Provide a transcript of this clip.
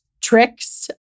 tricks